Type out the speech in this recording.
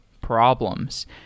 problems